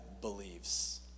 believes